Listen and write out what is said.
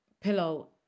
pillow